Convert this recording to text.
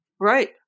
Right